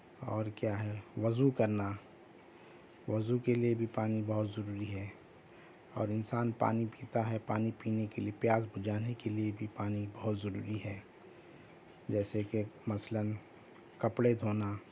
اور کیا ہے وضو کرنا وضو کے لئے بھی پانی بہت ضروری ہے اور انسان پانی پیتا ہے پانی پینے کے لئے پیاس بجھانے کے لئے بھی پانی بہت ضروری ہے جیسے کہ مثلاً کپڑے دھونا